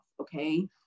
okay